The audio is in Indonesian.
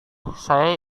saya